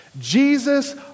Jesus